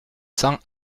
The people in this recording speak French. cents